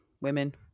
women